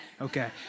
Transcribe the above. Okay